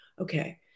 okay